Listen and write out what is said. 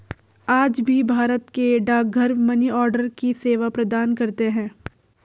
आज भी भारत के डाकघर मनीआर्डर की सेवा प्रदान करते है